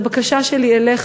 אז הבקשה שלי אליך,